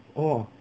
oo